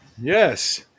Yes